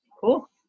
Cool